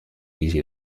easy